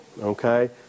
okay